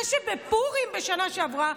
זה שבפורים בשנה שעברה,